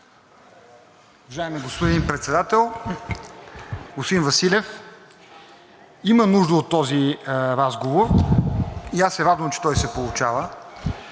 Уважаеми господин Председател! Господин Василев, има нужда от този разговор и аз се радвам, че той се получава.